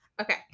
okay